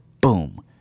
boom